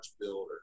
builder